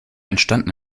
entstanden